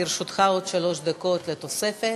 לרשותך עוד שלוש דקות נוספות.